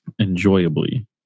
enjoyably